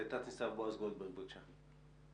תנ"צ בועז גולדברג, בבקשה.